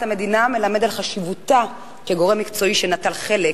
המדינה מלמד על חשיבותה כגורם מקצועי שנטל חלק